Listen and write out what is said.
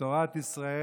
את תורת ישראל,